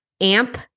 Amp